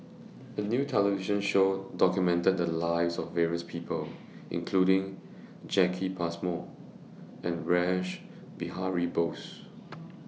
A New television Show documented The Lives of various People including Jacki Passmore and Rash Behari Bose